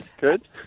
Good